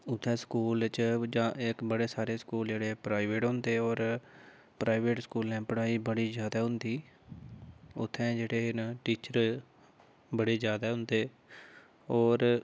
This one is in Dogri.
उ'त्थें स्कूल च इक बड़े सारे स्कूल जेह्ड़े प्राइवेट होंदे होर प्राइवेट स्कूलें पढ़ाई बड़ी जादा होंदी उ'त्थें जेह्ड़े न टीचर बड़े जादा होंदे होर